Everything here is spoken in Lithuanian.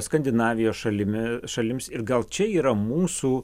skandinavijos šalimi šalims ir gal čia yra mūsų